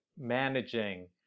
managing